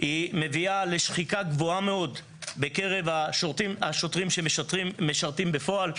מביאה לשחיקה גבוהה מאוד בקרב השוטרים שמשרתים בפועל.